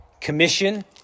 commission